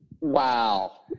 wow